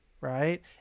right